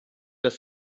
das